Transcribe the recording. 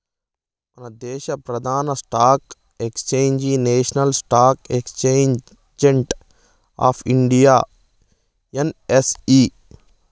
మనదేశ ప్రదాన stock exchange national stock exchange of India NSE